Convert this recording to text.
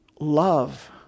love